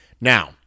Now